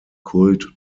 kult